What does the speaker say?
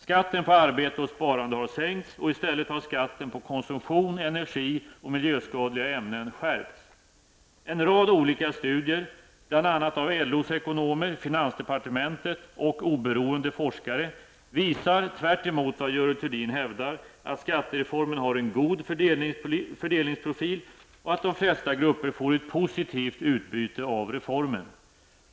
Skatten på arbete och sparande har sänkts och i stället har skatten på konsumtion, energi och miljöskadliga ämnen skärpts. En rad olika studier -- bl.a. av LOs ekonomer, finansdepartementet och oberoende forskare -- visar tvärtemot vad Görel Thurdin hävdar att skattereformen har en god fördelningsprofil och att de flesta grupper får ett positivt utbyte av reformen.